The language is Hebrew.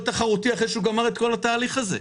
תחרותי אחרי שהוא גמר את כל התהליך הזה?